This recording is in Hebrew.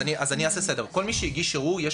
אני אעשה סדר: כל מי שהגיש ערעור יש